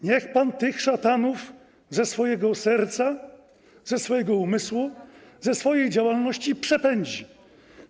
Niech pan tych szatanów ze swojego serca, ze swojego umysłu, ze swojej działalności przepędzi.